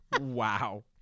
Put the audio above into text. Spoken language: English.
Wow